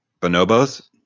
bonobos